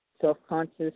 Self-conscious